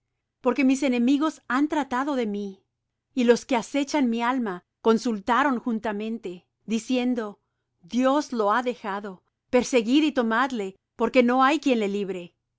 porque mis enemigos han tratado de mí y los que acechan mi alma consultaron juntamente diciendo dios lo ha dejado perseguid y tomadle porque no hay quien le libre